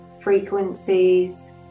frequencies